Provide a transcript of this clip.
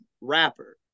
rapper